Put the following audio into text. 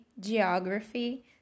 Geography